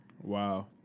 wow